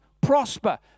prosper